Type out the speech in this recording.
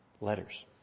letters